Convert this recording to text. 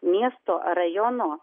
miesto rajono